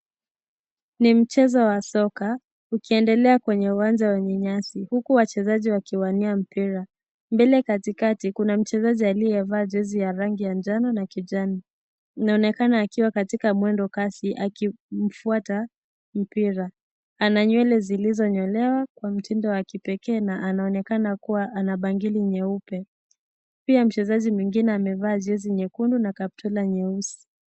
Ni mchezo wa soka ukiendelea kwenye uwanja wenye nyasi huku wachezaji wakiwania mpira. Mbele Kati kati kuna mchezaji aliyevaa jesi ya rangi ya njano na kijani. Anaonekana akiwa katika mwendo Kasi akimfuata mpira. Ana nywele zilizonyolewa kwa mtindo wa kipekee na anaonekana kuwa ana bangili nyeupe. Pia mchezaji mwingine amevaa jesi nyekundu na kaptula nyeusi.